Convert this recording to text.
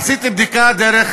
עשיתי בדיקה דרך